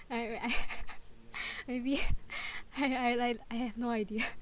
I re~ I rea~ I I like I have no idea what do they do